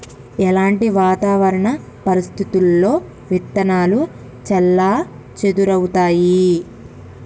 ఎలాంటి వాతావరణ పరిస్థితుల్లో విత్తనాలు చెల్లాచెదరవుతయీ?